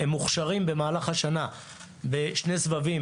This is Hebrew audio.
הם מוכשרים במהלך השנה בשני סבבים,